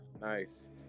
Nice